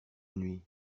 nuit